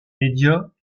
médias